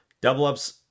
Double-up's